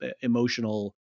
emotional